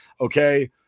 Okay